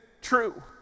true